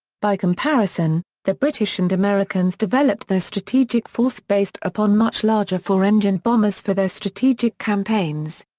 by comparison, the british and americans developed their strategic force based upon much larger four-engined bombers for their strategic campaigns.